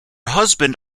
husband